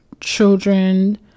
children